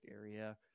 area